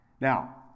Now